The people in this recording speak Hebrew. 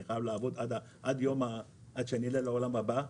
ואני אצטרך לעבוד עד שאגיע לעולם הבא,